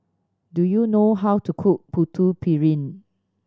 do you know how to cook Putu Piring